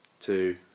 two